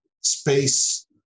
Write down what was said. space